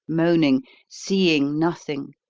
moaning seeing nothing,